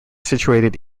situated